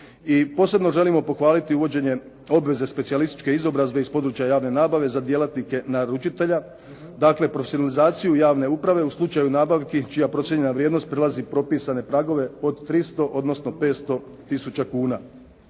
posebno želimo pohvaliti uvođenje obveze specijalističke izobrazbe iz područja javne nabave za djelatnike naručitelja, dakle prosiluzaciju javne uprave u slučaju nabavki čija procijenjena vrijednost prelazi propisane pragove od 300, odnosno 500 tisuća kuna.